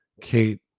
Kate